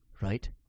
right